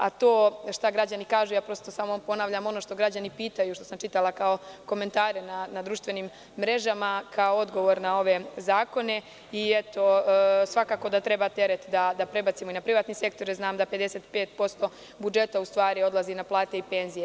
A to šta građani kažu, prosto samo ponavljam ono što građani pitaju, što sam čitala kao komentare na društvenim mrežama, kao odgovor na ove zakone, svakako da treba teret da prebacimo i na privatni sektor jer znamo da 55% budžeta odlazi na plate i penzije.